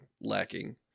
lacking